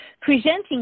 presenting